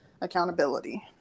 accountability